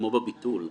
כמו בביטול,